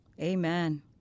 Amen